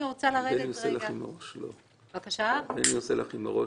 אני רוצה להעלות --- בני מסמן לך עם הראש